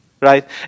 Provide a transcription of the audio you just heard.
right